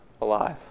alive